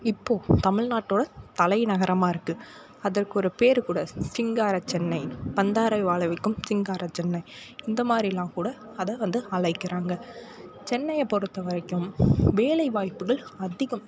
இப்போது தமிழ்நாட்டோட தலைநகரமாக இருக்குது அதற்கு ஒரு பேர் கூட சிங்காரச்சென்னை வந்தாரை வாழவைக்கும் சிங்காரச்சென்னை இந்த மாதிரில்லாம் கூட அதை வந்து அழைக்கறாங்க சென்னையை பொறுத்தவரைக்கும் வேலைவாய்ப்புகள் அதிகம்